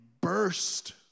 burst